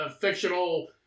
fictional